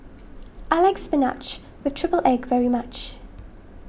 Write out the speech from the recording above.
I like Spinach with Triple Egg very much